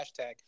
hashtag